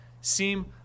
seem